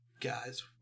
Guys